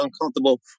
uncomfortable